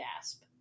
Gasp